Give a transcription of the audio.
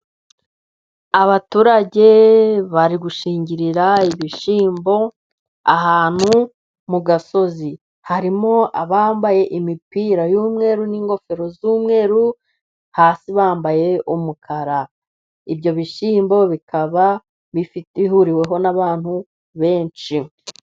Abaturage bari gushingirira ibishyimbo ahantu mu gasozi, harimo abambaye imipira y'umweru n'ingofero z'umweru, hasi bambaye umukara. Ibyo bishyimbo bikaba bifite bihuriweho n'abantu benshi.